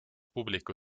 publiku